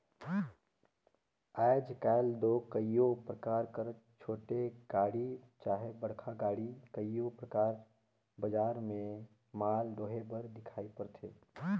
आएज काएल दो कइयो परकार कर छोटे गाड़ी चहे बड़खा गाड़ी कइयो परकार बजार में माल डोहे बर दिखई परथे